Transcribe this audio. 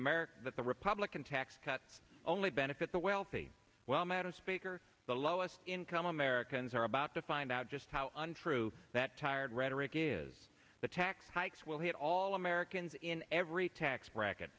america that the republican tax cuts only benefit the wealthy well madam speaker the lowest income americans are about to find out just how untrue that tired rhetoric is the tax hikes will hit all americans in every tax bracket